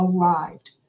arrived